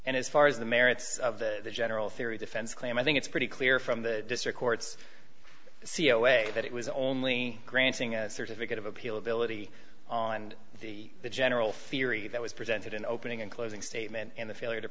and as far as the merits of the general theory defense claim i think it's pretty clear from the district courts see away that it was only granting a certificate of appeal ability and the general theory that was presented in opening and closing statement and the failure to